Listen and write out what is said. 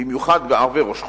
במיוחד בערבי ראש חודש,